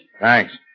Thanks